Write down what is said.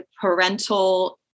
parental